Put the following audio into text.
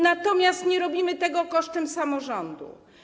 Natomiast nie robimy tego kosztem samorządu.